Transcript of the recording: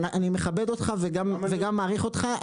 אני מכבד אותך וגם מעריך אותך,